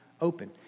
open